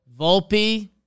Volpe